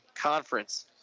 Conference